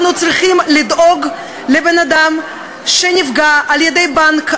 אנחנו צריכים לדאוג לבן-אדם שנפגע על-ידי בנק,